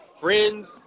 friends